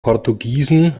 portugiesen